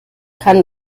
kann